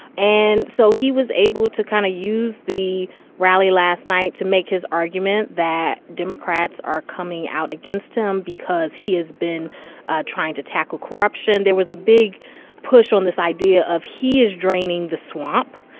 and so he was able to kind of use the rally last night to make his argument that democrats are coming out against him because he has been trying to tackle corruption. there was a big push on this idea of he is draining the swamp.